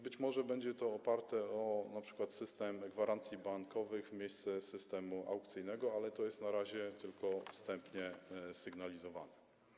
Być może będzie się to opierać np. na systemie gwarancji bankowych w miejsce systemu aukcyjnego, ale to jest na razie tylko wstępnie sygnalizowane.